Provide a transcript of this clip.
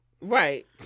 Right